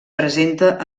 presenta